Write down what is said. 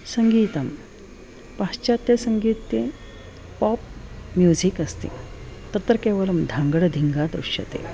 सङ्गीतं पाश्चात्यसङ्गीते pop music अस्ति तत्र केवलं धाङ्गडधिङ्गा दृश्यते